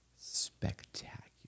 spectacular